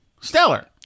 Stellar